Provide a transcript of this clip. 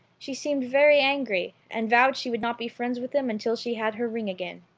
she seemed very angry, and vowed she would not be friends with him until she had her ring again.